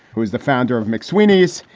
who is the founder of mcsweeney's,